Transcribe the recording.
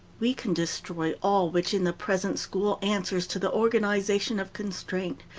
we can destroy all which in the present school answers to the organization of constraint,